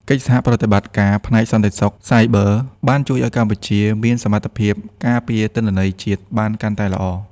កិច្ចសហប្រតិបត្តិការផ្នែកសន្តិសុខសាយប័របានជួយឱ្យកម្ពុជាមានសមត្ថភាពការពារទិន្នន័យជាតិបានកាន់តែល្អ។